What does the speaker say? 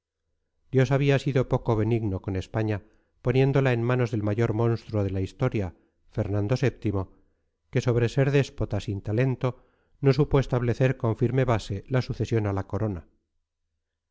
dios había sido poco benigno con españa poniéndola en manos del mayor monstruo de la historia fernando vii que sobre ser déspota sin talento no supo establecer con firme base la sucesión a la corona